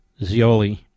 Zioli